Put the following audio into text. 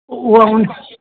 उहो